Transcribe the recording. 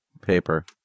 paper